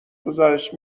گزارش